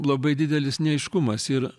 labai didelis neaiškumas ir